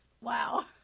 wow